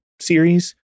series